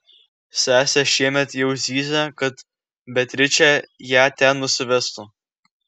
sesė šiemet jau zyzė kad beatričė ją ten nusivestų